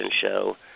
show